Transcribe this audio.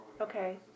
Okay